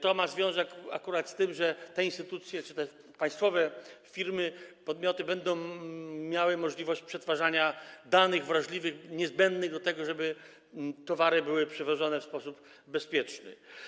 To akurat ma związek z tym, że te instytucje czy te państwowe firmy, podmioty będą miały możliwość przetwarzania danych wrażliwych niezbędnych do tego, żeby towary były przewożone w sposób bezpieczny.